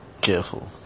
Careful